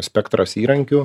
spektras įrankių